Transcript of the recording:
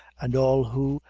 and all who,